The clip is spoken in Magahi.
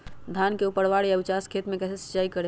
धान के ऊपरवार या उचास खेत मे कैसे सिंचाई करें?